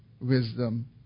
Wisdom